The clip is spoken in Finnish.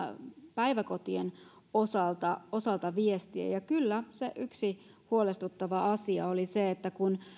päiväkotien osalta osalta viestiä ja kyllä yksi huolestuttava asia oli se että kun